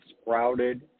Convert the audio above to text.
sprouted